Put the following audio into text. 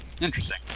Interesting